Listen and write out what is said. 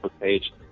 page